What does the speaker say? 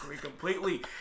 completely